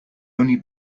only